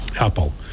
Apple